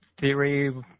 theory